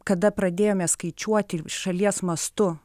kada pradėjome skaičiuoti šalies mastu